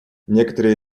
некоторые